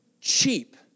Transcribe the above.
cheap